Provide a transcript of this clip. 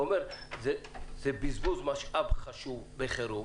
הוא שזה בזבזו משאב חשוב בחירום.